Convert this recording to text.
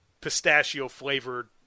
pistachio-flavored